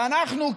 ואנחנו,